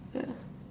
ya